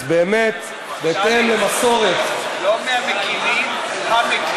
אז באמת, בהתאם למסורת, לא מהמקימים, המקים.